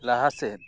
ᱞᱟᱦᱟ ᱥᱮᱫ